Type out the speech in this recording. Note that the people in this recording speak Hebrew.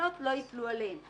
ומעילות לא ייפלו עליהם.